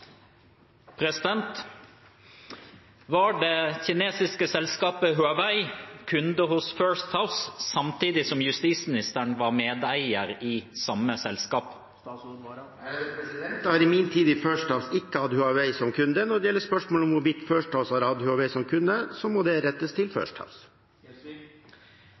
justisministeren var medeier i samme selskap?» Jeg har i min tid i First House ikke hatt Huawei som kunde. Når det gjelder spørsmålet om hvorvidt First House har hatt Huawei som kunde, må det rettes til